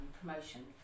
promotion